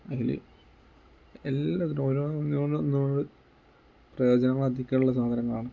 അതിൽ എല്ലാത്തിലും ഓരോന്ന് പ്രയോജനങ്ങൾ അധികമുള്ള സാധനങ്ങളാണ്